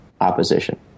opposition